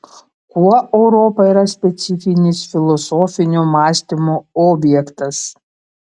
kuo europa yra specifinis filosofinio mąstymo objektas